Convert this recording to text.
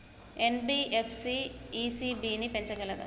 NBFC ECB ని పెంచగలదా?